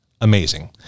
amazing